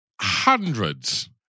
hundreds